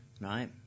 right